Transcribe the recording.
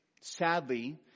sadly